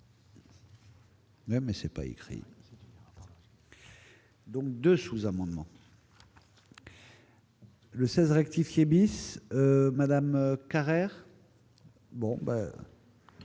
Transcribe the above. Mais, mais c'est pas écrit. Donc 2 sous-amendements. Le 16 rectifier bis Madame Carrère,